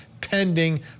pending